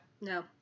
No